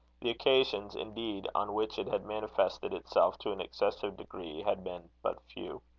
the occasions, indeed, on which it had manifested itself to an excessive degree, had been but few.